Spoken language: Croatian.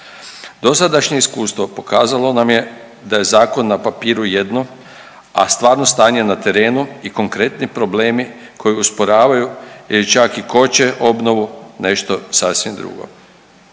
Dosadašnje iskustvo pokazalo nam je da je zakon na papiru jedno, a stvarno stanje na terenu i konkretni problemi koji usporavaju ili čak i koče obnovu nešto sasvim drugo.